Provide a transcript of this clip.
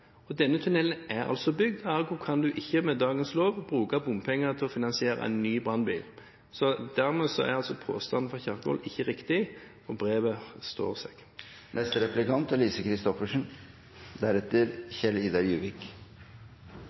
det. Denne tunnelen er altså bygd. Ergo kan du ikke med dagens lov bruke bompenger til å finansiere en ny brannbil. Dermed er ikke påstanden til Kjerkol ikke riktig, og brevet står